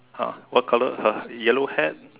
!huh! what colour her yellow hat